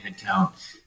headcount